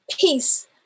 peace